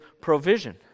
provision